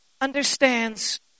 understands